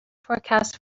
forecast